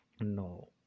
No